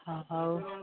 ହଁ ହଉ